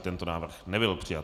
Tento návrh nebyl přijat.